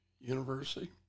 University